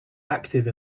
active